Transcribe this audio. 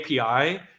API